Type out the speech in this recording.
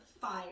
fire